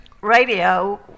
radio